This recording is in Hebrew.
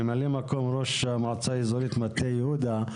ממלא מקום ראש המועצה האזורית מטה יהודה,